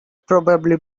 probably